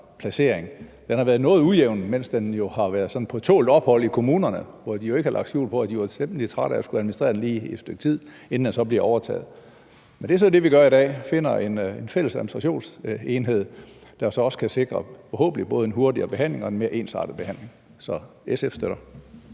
har været noget ujævn, mens den har været på tålt ophold i kommunerne, hvor de jo ikke har lagt skjul på, at de var temmelig trætte af at skulle administrere det et stykke tid, inden det så bliver overtaget. Men det er så det, vi gør i dag: finder en fælles administrationsenhed, der så forhåbentlig også kan sikre både en hurtigere behandling og en mere ensartet behandling. Så SF støtter